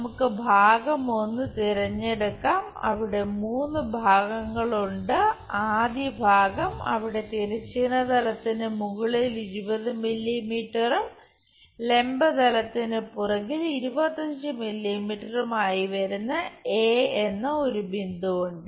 നമുക്ക് ഭാഗം 1 തിരഞ്ഞെടുക്കാം അവിടെ മൂന്ന് ഭാഗങ്ങളുണ്ട് ആദ്യ ഭാഗം അവിടെ തിരശ്ചീന തലത്തിന് മുകളിൽ 20 മില്ലീമീറ്ററും ലംബ തലത്തിന് പുറകിൽ 25 മില്ലീമീറ്ററും ആയി വരുന്ന എ എന്ന ഒരു ബിന്ദു ഉണ്ട്